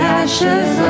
ashes